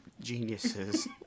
geniuses